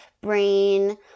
brain